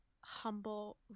humble